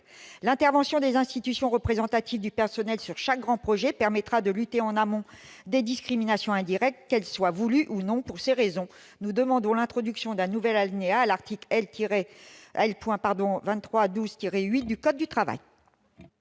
L'intervention des institutions représentatives du personnel sur chaque grand projet permettra de lutter en amont sur les discriminations indirectes, qu'elles soient volontaires ou non. Telles sont les raisons pour lesquelles nous demandons l'introduction d'un nouvel alinéa à l'article L. 2312-8 du code du travail.